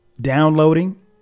downloading